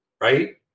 right